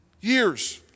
years